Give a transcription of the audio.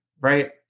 right